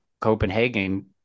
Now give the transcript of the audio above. Copenhagen